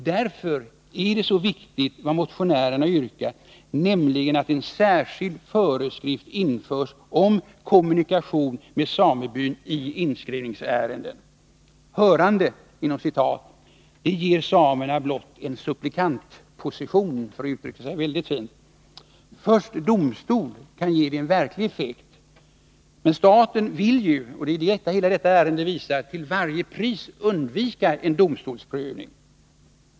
Därför är det så viktigt vad motionärerna yrkar, nämligen att en särskild föreskrift införs om kommunikation med samebyn i inskrivningsärenden. ”Hörande” ger samerna blott en supplikantposition, för att uttrycka sig väldigt fint. Först domstol kan ge dem en verklig effekt. Men staten vill ju till varje pris undvika en domstolsprövning — det är vad hela detta ärende visar. Herr talman!